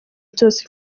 byose